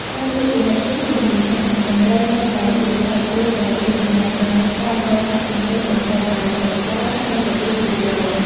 ការត្រួតពិនិត្យនេះធានាថា តន្ត្រីនៅតែជាផ្នែកមួយដែលរួមចំណែកដល់ការកសាងសង្គមប្រកបដោយសីលធម៌ និងរបៀបរៀបរយ។